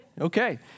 Okay